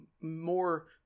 more